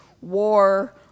war